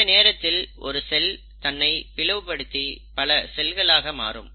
இந்த நேரத்தில் ஒரு செல் தன்னை பிளவுபடுத்தி பல செல்களாக மாறும்